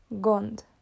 Gond